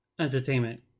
Entertainment